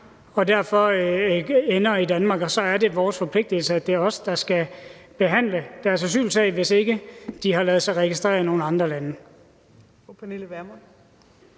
og derfor ender i Danmark, og så er det vores forpligtelse og os, der skal behandle deres asylsag, hvis ikke de har ladet sig registrere i nogen andre lande.